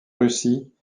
russie